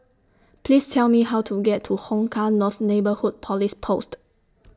Please Tell Me How to get to Hong Kah North Neighbourhood Police Post